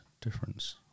difference